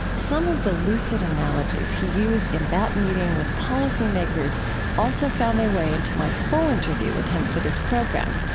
some of the lucid analogies he used in that meeting with policy makers also found their way into my full interview with him for this program.